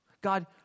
God